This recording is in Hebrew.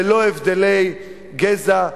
ללא הבדלי גזע,